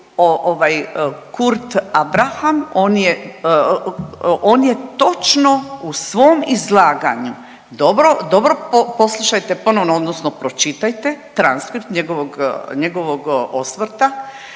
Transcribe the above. Kurt Abrahams on je, on je točno u svom izlaganju dobro, dobro poslušajte ponovno odnosno pročitajte transkript njegovog,